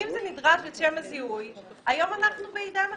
אם זה נדרש לשם הזיהוי, היום אנחנו בעידן אחר.